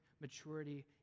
maturity